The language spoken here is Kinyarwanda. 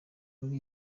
muri